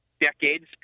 decades